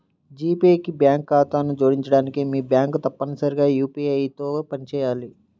G Pay కి bank ఖాతాను జోడించడానికి, మీ బ్యాంక్ తప్పనిసరిగా యూ.పీ.ఐ తో పనిచేయాలి